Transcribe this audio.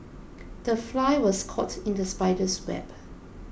the fly was caught in the spider's web